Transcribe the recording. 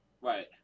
Right